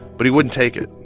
but he wouldn't take it.